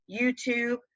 YouTube